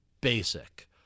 basic